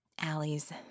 Alleys